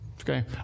Okay